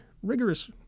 rigorous